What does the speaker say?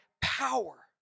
power